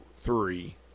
three